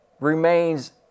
remains